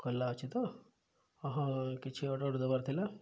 ଖୋଲା ଅଛି ତ ହଁ କିଛି ଅର୍ଡ଼ର ଦେବାର ଥିଲା